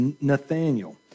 Nathaniel